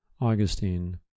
Augustine